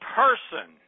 person